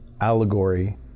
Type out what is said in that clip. allegory